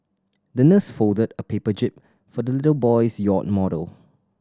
the nurse folded a paper jib for the little boy's yacht model